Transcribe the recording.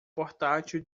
portátil